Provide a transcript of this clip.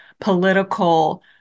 political